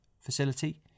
facility